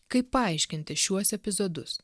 kaip paaiškinti šiuos epizodus